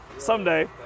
Someday